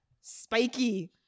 Spiky